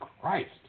Christ